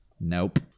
Nope